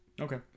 Okay